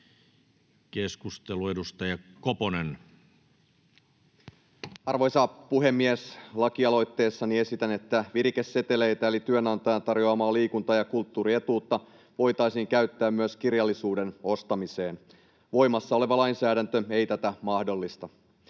Time: 15:21 Content: Arvoisa puhemies! Lakialoitteessani esitän, että virikeseteleitä eli työnantajan tarjoamaa liikunta- ja kulttuurietuutta voitaisiin käyttää myös kirjallisuuden ostamiseen. Voimassa oleva lainsäädäntö ei tätä mahdollista.